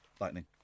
lightning